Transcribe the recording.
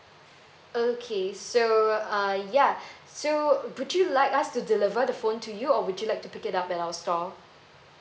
okay so uh ya so would you like us to deliver the phone to you or would you like to pick it up at our store